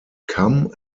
come